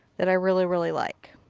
that i really really like.